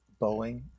Boeing